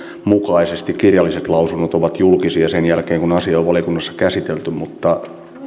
mukaisesti kirjalliset lausunnot ovat julkisia sen jälkeen kun asia on valiokunnassa käsitelty mutta